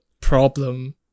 problem